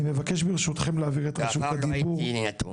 אני הייתי יכול